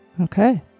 Okay